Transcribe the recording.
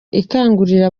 ikangurira